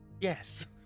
Yes